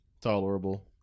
Tolerable